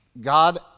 God